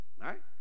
right